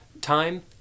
time